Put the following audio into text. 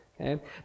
Okay